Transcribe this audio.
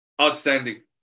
outstanding